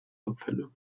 abfälle